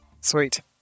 Sweet